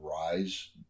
Rise